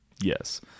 Yes